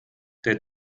der